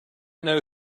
know